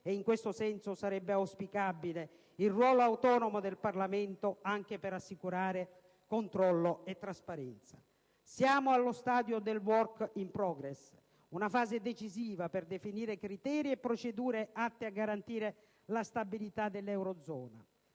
in questo senso sarebbe auspicabile il ruolo autonomo del Parlamento, anche per assicurare controllo e trasparenza. Siamo allo stadio del *work in progress*, una fase decisiva per definire criteri e procedure atte a garantire la stabilità dell'eurozona,